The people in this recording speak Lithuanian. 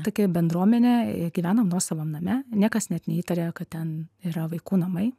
tokia bendruomenė gyvenom nuosavam name niekas net neįtarė kad ten yra vaikų namai